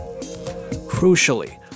Crucially